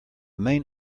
main